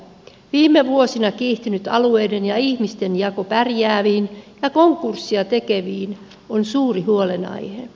viime vuosina kiihtynyt alueiden ja ihmisten jako pärjääviin ja konkurssia tekeviin on suuri huolenaihe